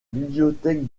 bibliothèque